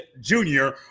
Junior